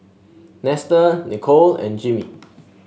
Nestor Nicole and Jimmy